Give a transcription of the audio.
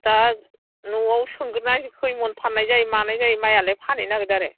दा न'आव सोंगोरना खैमन फाननाय जायो मानाय जायो माइआलाय फाननो नागिरदों आरो